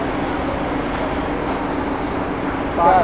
वर्तमान समय में बाइक या कार लोन लेके खरीदना आसान हो गयल हौ